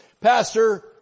Pastor